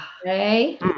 Okay